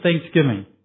thanksgiving